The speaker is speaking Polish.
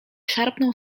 szarpnął